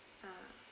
ah